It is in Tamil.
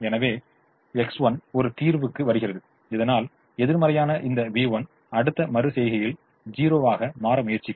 எனவே X1 ஒரு தீர்வுக்கு வருகிறது இதனால் எதிர்மறையான இந்த v1 அடுத்த மறு செய்கையில் 0 ஆக மாற முயற்சிக்கும்